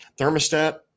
thermostat